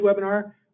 webinar